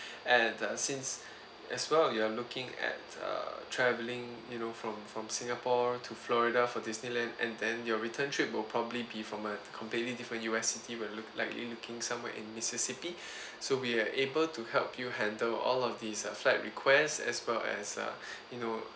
and uh since as well you are looking at uh travelling you know from from singapore to florida for disneyland and then your return trip will probably be from a completely different U_S city we'll look likely looking somewhere in mississippi so we are able to help you handle all of these flight requests as well as uh you know